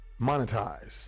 monetize